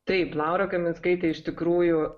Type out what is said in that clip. taip laura kaminskaitė iš tikrųjų